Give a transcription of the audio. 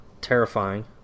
terrifying